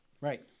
Right